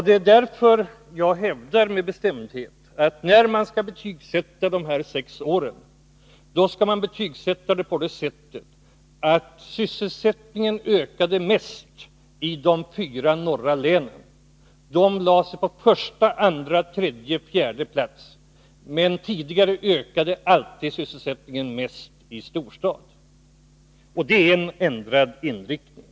Det är därför som jag med bestämdhet hävdar att när man skall betygsätta politiker under de sex åren, skall man konstatera att sysselsättningen ökade mest i de fyra nordliga länen — de intog första, andra, tredje och fjärde plats — medan sysselsättningen tidigare ökade mest i storstadsregioner. Det innebär en ändrad inriktning.